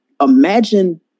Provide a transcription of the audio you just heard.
Imagine